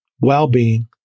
well-being